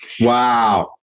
Wow